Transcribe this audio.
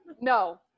No